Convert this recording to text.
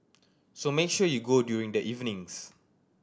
so make sure you go during the evenings